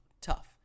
tough